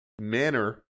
manner